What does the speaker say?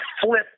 flip